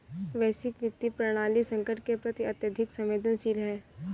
वैश्विक वित्तीय प्रणाली संकट के प्रति अत्यधिक संवेदनशील है